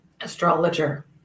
astrologer